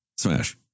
smash